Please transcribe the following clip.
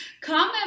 comment